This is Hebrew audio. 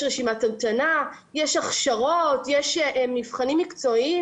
יש רשימת המתנה, יש הכשרות, יש מבחנים מקצועיים?